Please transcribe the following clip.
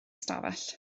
ystafell